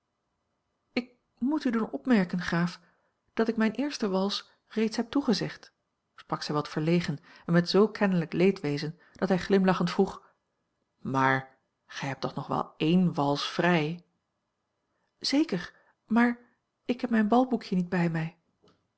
ik moet u doen opmerken graaf dat ik mijne eerste wals reeds heb toegezegd sprak zij wat verlegen en met zoo kennelijk leedwezen dat hij glimlachend vroeg maar gij hebt toch nog wel één wals vrij zeker maar ik heb mijn balboekje niet bij mij